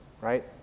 right